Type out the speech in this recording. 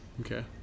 Okay